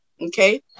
Okay